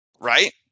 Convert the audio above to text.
right